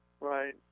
Right